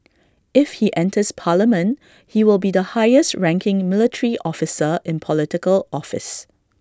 if he enters parliament he will be the highest ranking military officer in Political office